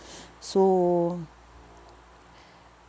so